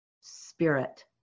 spirit